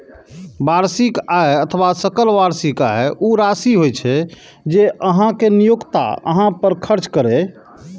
वार्षिक आय अथवा सकल वार्षिक आय ऊ राशि होइ छै, जे अहांक नियोक्ता अहां पर खर्च करैए